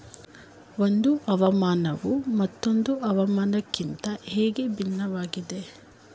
ಒಂದು ಹವಾಮಾನವು ಮತ್ತೊಂದು ಹವಾಮಾನಕಿಂತ ಹೇಗೆ ಭಿನ್ನವಾಗಿದೆ?